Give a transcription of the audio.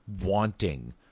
wanting